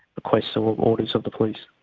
request so orders of the police.